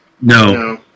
No